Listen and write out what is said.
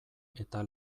eta